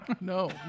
No